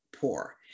poor